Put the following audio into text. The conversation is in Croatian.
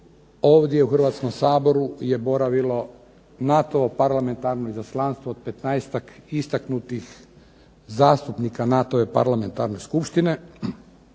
ovdje u Hrvatskom saboru je boravilo NATO-vo parlamentarno izaslanstvo od petnaestak istaknutih zastupnika NATO-ve parlamentarne skupštine